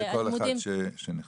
זה כבר לאחד שנכנס.